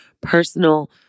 personal